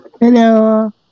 Hello